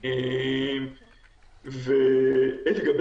האם היא שקופה לציבור?